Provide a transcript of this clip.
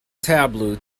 tableau